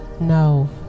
no